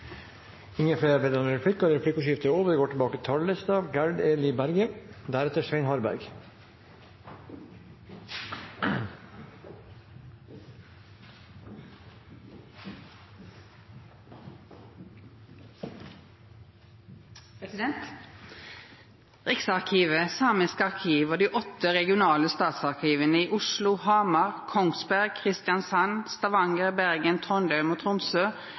Replikkordskiftet er omme. Riksarkivet, Samisk arkiv og dei åtte regionale statsarkiva i Oslo, Hamar, Kongsberg, Kristiansand, Stavanger, Bergen, Trondheim og Tromsø